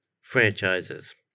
franchises